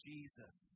Jesus